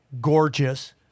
gorgeous